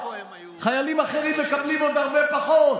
חיילים אחרים מקבלים עוד הרבה פחות.